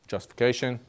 Justification